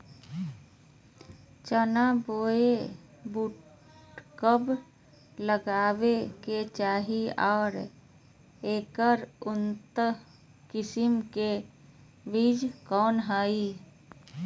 चना बोया बुट कब लगावे के चाही और ऐकर उन्नत किस्म के बिज कौन है?